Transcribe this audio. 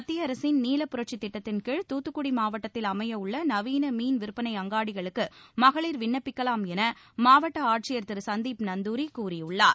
மத்திய அரசின் நீலப்புரட்சி திட்டத்தின் கீழ் தூத்துக்குடி மாவட்டத்தில் அமைய உள்ள நவீன மீன் விற்பனை அங்காடிகளுக்கு மகளிர் விண்ணப்பிக்கலாம் என மாவட்ட ஆட்சியர் திரு சந்தீப் நந்துரி கூறியுள்ளார்